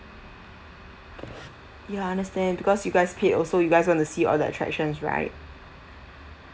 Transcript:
ya understand because you guys paid also you guys want to see all the attractions right